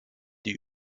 die